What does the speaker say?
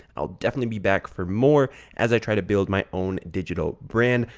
i'll definitely be back for more as i try to build my own digital brand.